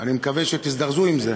אני מקווה שתזדרזו עם זה.